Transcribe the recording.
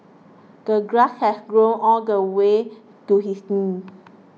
the grass had grown all the way to his